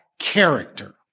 character